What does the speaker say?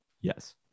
Yes